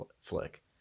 flick